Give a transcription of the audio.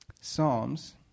Psalms